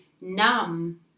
numb